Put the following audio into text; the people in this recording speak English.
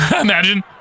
Imagine